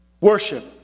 Worship